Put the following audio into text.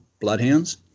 bloodhounds